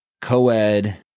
Coed